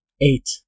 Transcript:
Eight